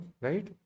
Right